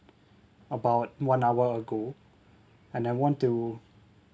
about one hour ago and I want to